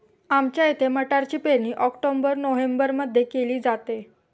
आमच्या इथे मटारची पेरणी ऑक्टोबर नोव्हेंबरमध्ये केली जाते